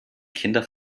kinder